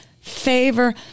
favor